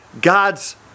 God's